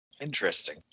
interesting